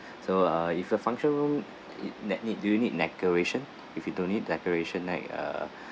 so uh if a function room na~ need do you need decoration if you don't need decoration right uh